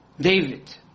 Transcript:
David